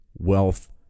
Wealth